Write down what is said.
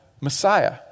Messiah